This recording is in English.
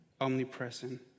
omnipresent